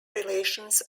relations